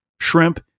shrimp